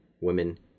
women